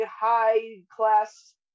high-class